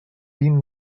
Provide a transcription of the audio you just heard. vint